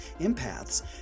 Empaths